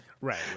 right